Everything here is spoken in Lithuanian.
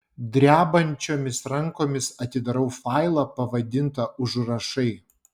drebančiomis rankomis atidarau failą pavadintą užrašai